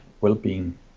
well-being